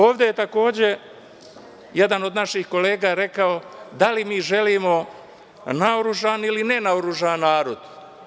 Ovde je takođe jedan od naših kolega rekao – da li mi želimo naoružan ili nenaoružan narod?